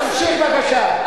תמשיך בבקשה,